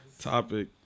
topic